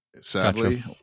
sadly